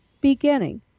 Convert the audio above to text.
beginning